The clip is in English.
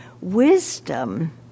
Wisdom